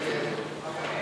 הכלכלית (תיקוני